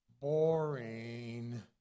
boring